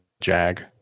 jag